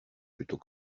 plutôt